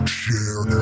share